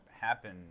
happen